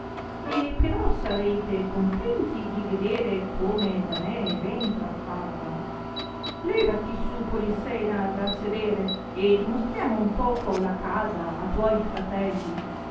e però sarete contenti di vedere come da me è ben trattata levati su polissena da sedere e dimostriamo un poco la casa a'tuoi fratelli